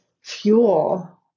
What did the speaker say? fuel